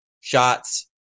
shots